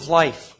life